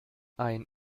ein